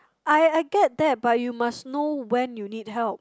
I I get that but you must know when you need help